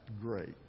great